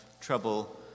trouble